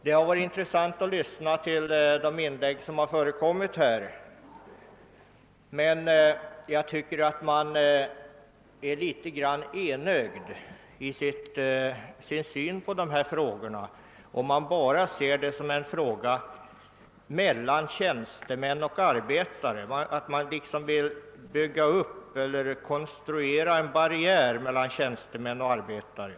Det har varit intressant att lyssna till inläggen, men jag tycker att man är litet enögd i fråga om synen på dessa spörsmål, då man menar att det bara gäller en ofta konstruerad barriär mellan tjänstemän och arbetare.